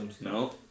No